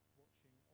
watching